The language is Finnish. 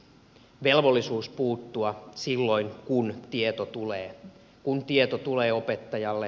velvollisuus puuttua silloin kun tieto tulee opettajalle